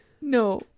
No